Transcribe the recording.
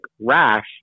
rash